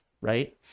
right